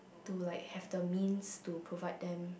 to like have the means to provide them